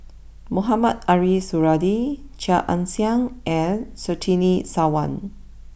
Mohamed Ariff Suradi Chia Ann Siang and Surtini Sarwan